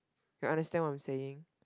you understand what I'm saying